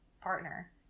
partner